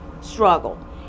struggle